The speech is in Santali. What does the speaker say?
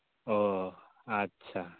ᱚ ᱟᱪᱪᱷᱟ